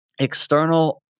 external